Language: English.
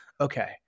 Okay